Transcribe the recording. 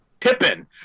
tipping